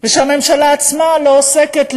ושהממשלה עצמה לא עוסקת,